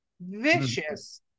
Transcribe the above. vicious